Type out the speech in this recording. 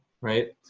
Right